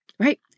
right